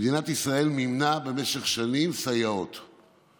מדינת ישראל מימנה סייעות במשך שנים.